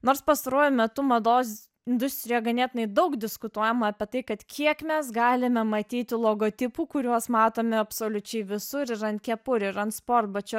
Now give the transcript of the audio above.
nors pastaruoju metu mados industrija ganėtinai daug diskutuojama apie tai kad kiek mes galime matyti logotipų kuriuos matome absoliučiai visur ir an kepurių ir ant sportbačių